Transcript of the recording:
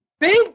Big